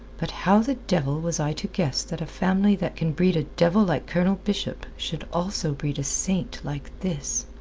but how the devil was i to guess that a family that can breed a devil like colonel bishop should also breed a saint like this?